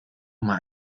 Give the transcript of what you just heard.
mal